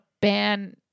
ban